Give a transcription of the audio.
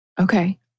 Okay